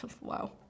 Wow